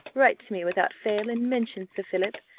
write to me without fail, and mention sir philip.